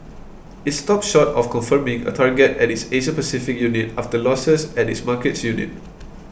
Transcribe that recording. it stopped short of confirming a target at its Asia Pacific unit after losses at its markets unit